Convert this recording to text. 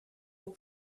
aux